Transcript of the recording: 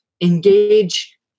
engage